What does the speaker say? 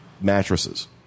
mattresses